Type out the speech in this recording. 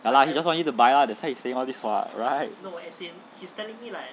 like he just want you to buy lah that's why he say all these [what] right